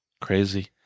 Crazy